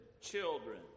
children